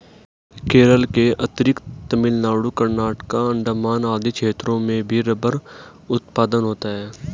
केरल के अतिरिक्त तमिलनाडु, कर्नाटक, अण्डमान आदि क्षेत्रों में भी रबर उत्पादन होता है